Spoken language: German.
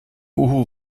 uhu